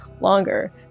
longer